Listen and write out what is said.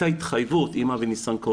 הייתה התחייבות עם אבי ניסנקורן,